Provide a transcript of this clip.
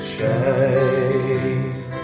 Shine